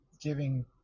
giving